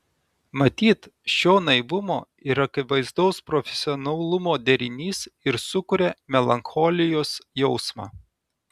matyt šio naivumo ir akivaizdaus profesionalumo derinys ir sukuria melancholijos jausmą